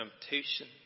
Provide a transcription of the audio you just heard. temptation